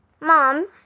Mom